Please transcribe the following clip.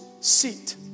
seat